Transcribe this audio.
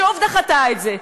שוב דחתה את זה.